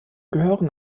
gehören